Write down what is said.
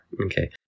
okay